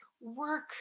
work